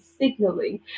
signaling